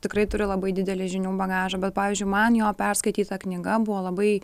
tikrai turi labai didelį žinių bagažą bet pavyzdžiui man jo perskaityta knyga buvo labai